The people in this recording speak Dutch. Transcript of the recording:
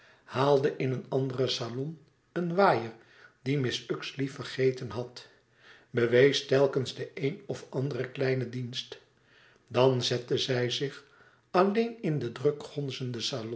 haalde in een anderen salon een waaier dien mrs uxeley vergeten had bewees telkens de een of andere kleine dienst dan zette zij zich alleen in den druk gonzenden